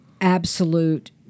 absolute